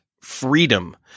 freedom